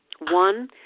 one